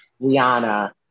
Rihanna